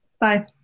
Bye